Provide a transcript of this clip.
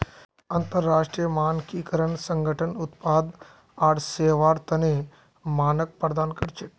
अंतरराष्ट्रीय मानकीकरण संगठन उत्पाद आर सेवार तने मानक प्रदान कर छेक